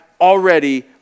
already